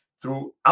throughout